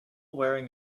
wearing